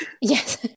Yes